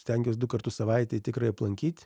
stengiuos du kartus savaitėj tikrai aplankyt